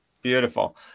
beautiful